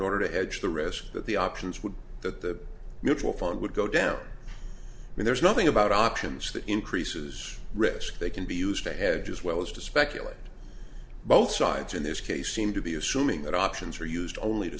order to hedge the risk that the options would the mutual fund would go down and there's nothing about options that increases risk they can be used to have just well is to speculate both sides in this case seem to be assuming that all options are used only to